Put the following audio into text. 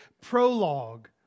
prologue